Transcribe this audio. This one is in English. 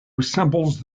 resembles